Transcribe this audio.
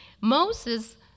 Moses